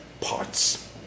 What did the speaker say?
parts